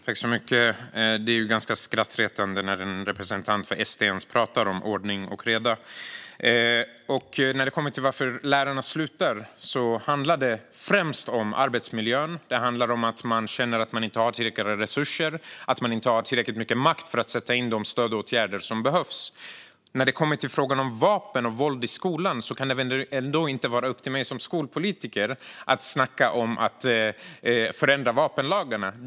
Herr talman! Det är ganska skrattretande när en representant för SD pratar om ordning och reda. När det kommer till varför lärarna slutar handlar det främst om arbetsmiljön. Det handlar om att man känner att man inte har tillräckliga resurser och att man inte har tillräckligt mycket makt för att sätta in de stödåtgärder som behövs. När det gäller vapen och våld i skolan kan det väl ändå inte vara upp till mig som skolpolitiker att snacka om att förändra vapenlagarna.